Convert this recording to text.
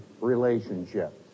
relationships